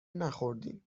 نخوردیم